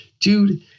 Dude